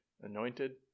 anointed